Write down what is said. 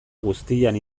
guztian